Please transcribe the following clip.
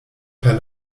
per